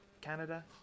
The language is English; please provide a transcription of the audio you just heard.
Canada